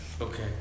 Okay